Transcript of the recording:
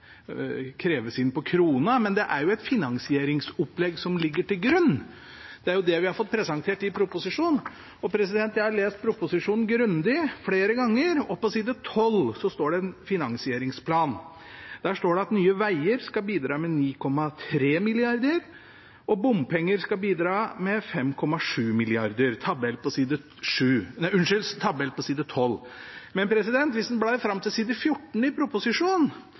kreves inn, men det er jo et finansieringsopplegg som ligger til grunn, og det er det vi har fått presentert i proposisjonen. Jeg har lest proposisjonen grundig, flere ganger, og på side 12 er det en finansieringsplan. Der står det at Nye Veier skal bidra med 9,3 mrd. kr, og at bompenger skal bidra med 5,7 mrd. kr, jf. tabell på side 12. Blar man fram til side 14 i proposisjonen,